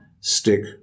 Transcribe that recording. stick